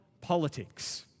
politics